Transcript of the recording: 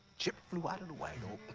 chip flew out of the white oak.